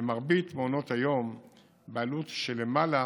למרבית מעונות היום בעלות של למעלה